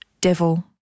Devil